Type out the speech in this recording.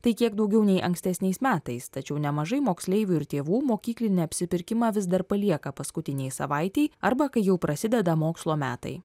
tai kiek daugiau nei ankstesniais metais tačiau nemažai moksleivių ir tėvų mokyklinį apsipirkimą vis dar palieka paskutinei savaitei arba kai jau prasideda mokslo metai